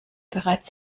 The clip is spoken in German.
bereits